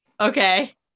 Okay